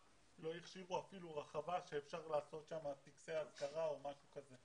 לא הכשירו אפילו רחבה שאפשר לעשות שם טקסי אזכרה או משהו כזה.